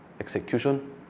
execution